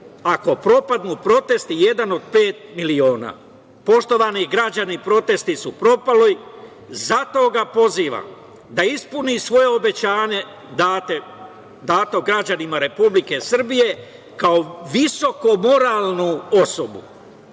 ako propadnu protesti „Jedan od pet miliona“.Poštovani građani, protesti su propali, zato ga pozivam da ispuni svoje obećanje dato građanima Republike Srbije, kao visoko moralnu osobu.